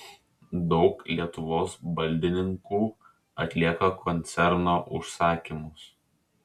daug lietuvos baldininkų atlieka koncerno užsakymus